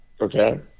Okay